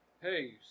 Hey